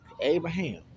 Abraham